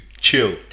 chill